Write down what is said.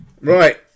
Right